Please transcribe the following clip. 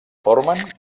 formen